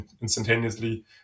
instantaneously